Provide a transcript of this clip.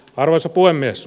arvoisa puhemies